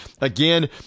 Again